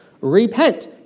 Repent